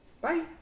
Bye